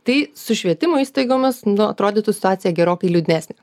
tai su švietimo įstaigomis nu atrodytų situacija gerokai liūdnesnė